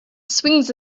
swings